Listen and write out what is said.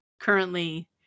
currently